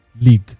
league